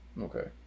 Okay